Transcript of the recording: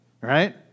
right